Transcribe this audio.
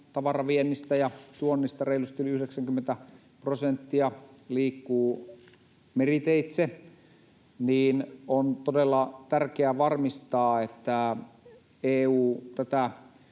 tavaraviennistä ja -tuonnista reilusti yli 90 prosenttia liikkuu meriteitse, niin on todella tärkeää varmistaa, että EU tätä